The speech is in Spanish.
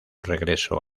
regreso